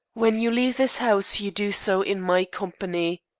when you leave this house you do so in my company.